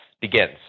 begins